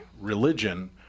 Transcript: religion